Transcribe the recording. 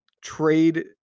trade